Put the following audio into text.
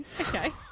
okay